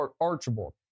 Archibald